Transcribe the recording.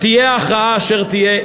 תהיה ההכרעה אשר תהיה,